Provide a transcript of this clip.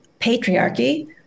patriarchy